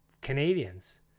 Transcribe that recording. Canadians